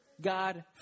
God